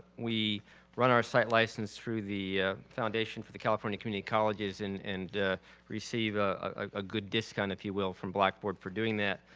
we run our site license through the foundation for the california community colleges and and receive a good discount, if you will, from blackboard for doing that.